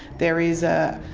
there is a.